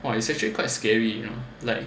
!wah! it's actually quite scary you know like